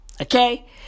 Okay